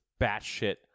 batshit